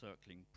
circling